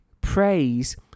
praise